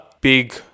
big